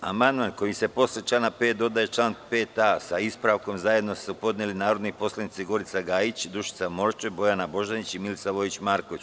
Amandman koji se posle člana 5. dodaje član 5a, sa ispravkom, zajedno su podnele narodni poslanici Gorica Gajić, Dušica Morčev, Bojana Božanić i Milica Vojić Marković.